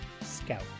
Scout